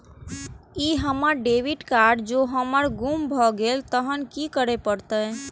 ई हमर credit card जौं हमर गुम भ गेल तहन की करे परतै?